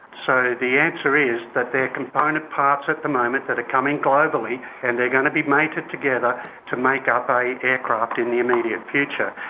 so the answer is that their component parts at the moment that are coming globally and they're going to be mated together to make up an aircraft in the immediate future.